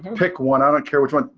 pick one. i don't care which one.